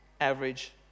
average